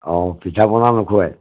অঁ পিঠা পনা নোখোৱাই